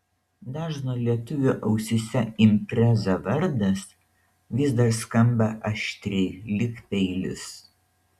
dažno lietuvio ausyse impreza vardas vis dar skamba aštriai lyg peilis